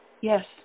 Yes